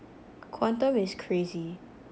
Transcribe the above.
quantum is crazy